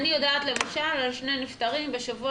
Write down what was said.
אני יודעת למשל על שני נפטרים בשבוע